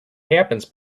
happens